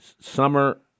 summer